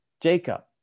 Jacob